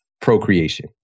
procreation